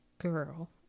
girl